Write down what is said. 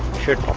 shirt